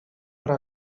però